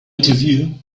interview